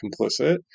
complicit